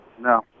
No